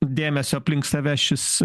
dėmesio aplink save šis